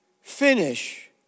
finish